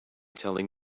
telling